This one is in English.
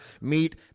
Meet